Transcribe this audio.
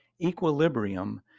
equilibrium